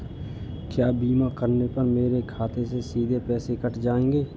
क्या बीमा करने पर मेरे खाते से सीधे पैसे कट जाएंगे?